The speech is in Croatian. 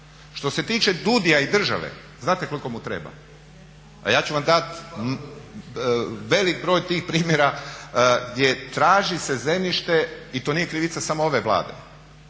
Što se tiče DUDI-a i države, znate koliko mu treba. A ja ću vam dati velik broj tih primjera gdje traži se zemljište i to nije krivica samo ove Vlade,